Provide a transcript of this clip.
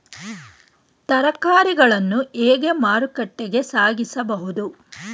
ತರಕಾರಿಗಳನ್ನು ಹೇಗೆ ಮಾರುಕಟ್ಟೆಗೆ ಸಾಗಿಸಬಹುದು?